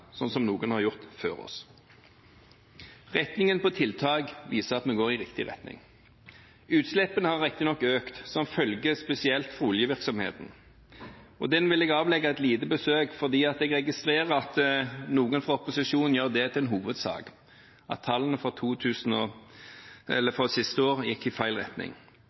som noen har gjort før oss. Retningen på tiltak viser at vi går i riktig retning. Utslippene har riktignok økt som følge av spesielt oljevirksomheten. Den vil jeg avlegge et lite besøk, for jeg registrerer at noen fra opposisjonen gjør det til en hovedsak at tallene fra siste år gikk i feil retning.